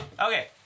Okay